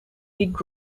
pig